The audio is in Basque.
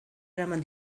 eraman